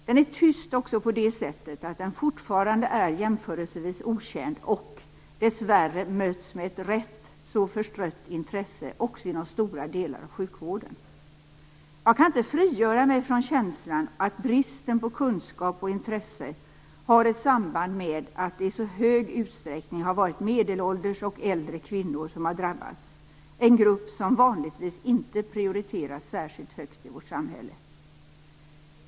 Den är tyst också på det sättet att den fortfarande är jämförelsevis okänd och, dessvärre, möts med ett rätt så förstrött intresse också inom stora delar av sjukvården. Jag kan inte frigöra mig från känslan att bristen på kunskap och intresse har ett samband med att det i så stor utsträckning har varit medelålders och äldre kvinnor som drabbats, en grupp som vanligtvis inte prioriteras särskilt högt i vårt samhälle.